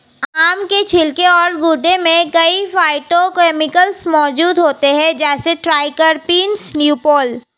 आम के छिलके और गूदे में कई फाइटोकेमिकल्स मौजूद होते हैं, जैसे ट्राइटरपीन, ल्यूपोल